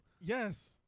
Yes